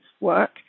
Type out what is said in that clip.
work